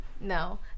No